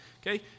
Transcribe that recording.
okay